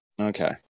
Okay